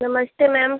नमस्ते मैम